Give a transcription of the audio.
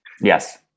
Yes